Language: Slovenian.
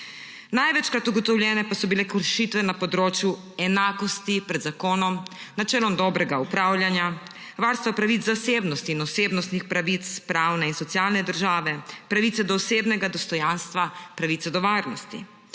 Največkrat pa so bile ugotovljene kršitve na področju enakosti pred zakonom, načela dobrega upravljanja, varstva pravic zasebnosti in osebnostnih pravic, pravne in socialne države, pravice do osebnega dostojanstva, pravice do varnosti.